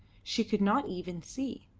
she could not even see.